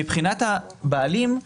מבחינת הבעלים,